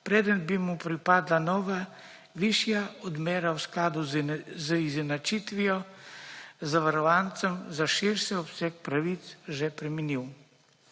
pred bi mu pripadala nova višja odmera v skladu z izenačitvijo zavarovancem za širši obseg pravic že preminil.